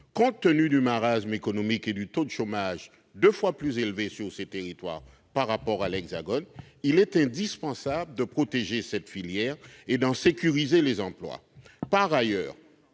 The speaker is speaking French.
Compte tenu du marasme économique et du taux de chômage deux fois plus élevé dans ces territoires que dans l'Hexagone, il est indispensable de protéger cette filière et d'en sécuriser les emplois.